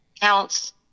counts